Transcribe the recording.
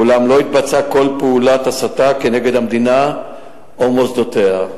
אולם לא התבצעה כל פעולת הסתה כנגד המדינה או מוסדותיה.